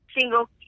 single